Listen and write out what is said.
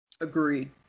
Agreed